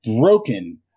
broken